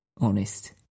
honest